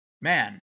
man